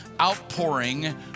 outpouring